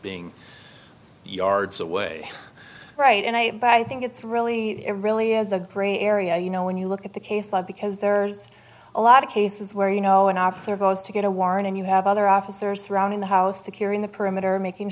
being yards away right and i think it's really it really is a gray area you know when you look at the case law because there's a lot of cases where you know an officer goes to get a warrant and you have other officers surrounding the house securing the perimeter making